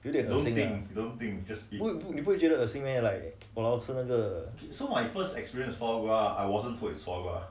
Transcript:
有点恶心不会你不会觉得恶心 meh like !walao! 吃那个